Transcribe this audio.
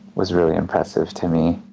was really impressive to me.